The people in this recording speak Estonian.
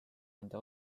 nende